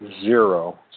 Zero